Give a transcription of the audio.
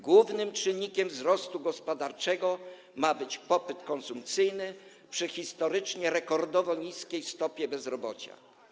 Głównym czynnikiem wzrostu gospodarczego ma być popyt konsumpcyjny przy historycznie rekordowo niskiej stopie bezrobocia.